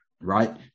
right